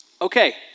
Okay